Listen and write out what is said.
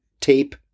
tape